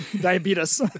diabetes